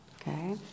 Okay